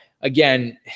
again